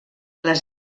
les